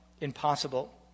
Impossible